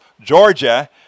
Georgia